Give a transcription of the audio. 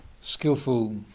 skillful